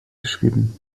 geschrieben